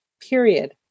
period